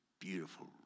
beautiful